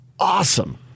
Awesome